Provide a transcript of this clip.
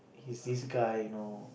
is this guy you know